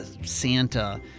Santa